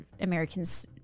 Americans